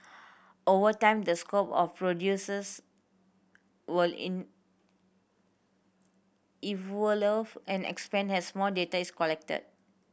over time the scope of procedures will evolve and expand has more data is collected